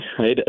right